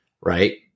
right